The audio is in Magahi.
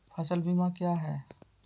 फ़सल बीमा क्या है?